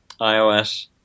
iOS